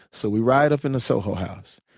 so we ride up into soho house.